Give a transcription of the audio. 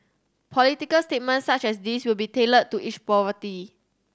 political statements such as these will be tailored to each property